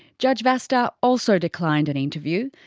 judge vasta also declined an interview.